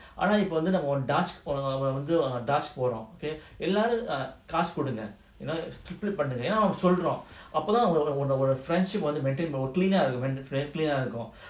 ஆனாஇப்போவந்து:ana ipo vandhu dutch போறோம்:porom dutch போறோம்:porom okay எல்லோரும்காசுகுடுங்க:ellorum kaasu kudunga err you know சொல்றோம்அப்போதான்:solrom appothan friendship வந்து:vandhu maintain clean ah இருக்கும்:irukum